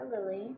Lily